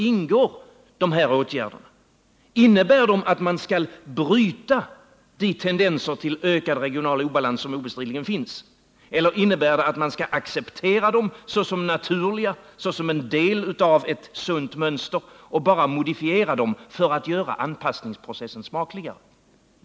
Innebär det att man skall bryta de tendenser till ökad regional obalans som obestridligen finns, eller innebär det att man skall acceptera dem som naturliga, som en del av ett sunt mönster och att man bara skall modifiera dem för att göra anpassningsprocessen smakligare?